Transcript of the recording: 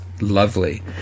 lovely